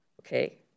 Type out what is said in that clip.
Okay